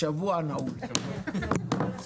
הישיבה ננעלה בשעה 17:42.